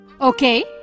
Okay